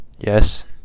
Yes